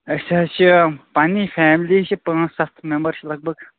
أسۍ حظ چھِ پَنٕنی فیملی چھِ پٲنٛژھ سَتھ مٮ۪مبر چھِ لگ بگ